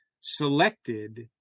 selected